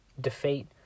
defeat